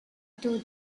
two